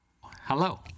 Hello